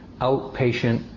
outpatient